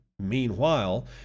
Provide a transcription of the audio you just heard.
Meanwhile